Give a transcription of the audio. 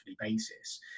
basis